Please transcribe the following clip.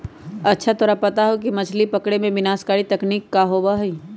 अच्छा तोरा पता है मछ्ली पकड़े में विनाशकारी तकनीक का होबा हई?